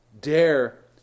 dare